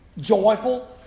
joyful